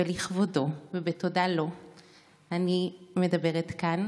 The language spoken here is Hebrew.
לכבודו ובתודה לו אני מדברת כאן,